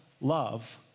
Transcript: love